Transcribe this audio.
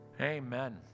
Amen